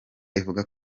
ivuga